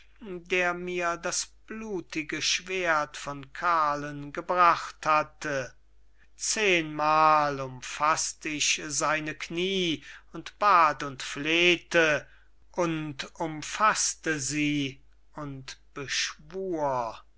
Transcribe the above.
der mir das blutige schwerdt von karln gebracht hatte zehnmal umfaßt ich seine kniee und bat und flehte und umfaßte sie und beschwur